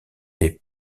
est